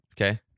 Okay